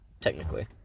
technically